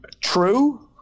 true